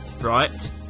right